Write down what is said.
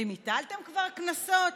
ואם הטלתם כבר קנסות,